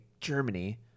Germany